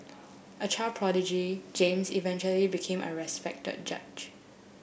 a child prodigy James eventually became a respected judge